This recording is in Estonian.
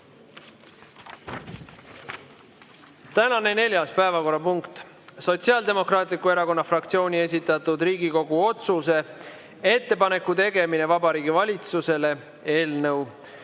Tänane neljas päevakorrapunkt on Sotsiaaldemokraatliku Erakonna fraktsiooni esitatud Riigikogu otsuse "Ettepaneku tegemine Vabariigi Valitsusele" eelnõu